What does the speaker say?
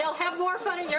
have more fun at your